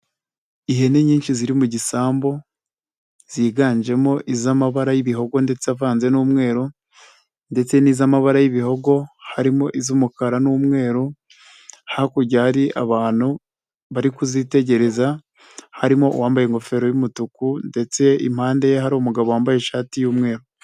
Ihene nyinshi ziri mu gisambu ziganjemo iz'amabara y'ibihogo ndetse avanze n'umweru ndetse n'iz'amabara y'ibihogo, harimo iz'umukara n'umweru, hakurya hari abantu bari kuzitegereza, harimo uwambaye ingofero y'umutuku ndetse impande ye, hari umugabo wambaye ishati y'umweru.